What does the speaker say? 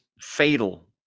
fatal